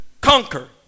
conquer